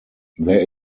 there